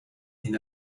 ihn